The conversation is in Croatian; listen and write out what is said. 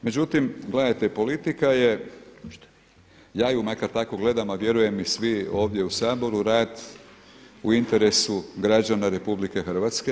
Međutim, gledajte politika je, ja ju makar tako gledam, a vjerujem i svi ovdje u Saboru rad u interesu građana RH.